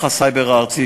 מערך הסייבר הארצי,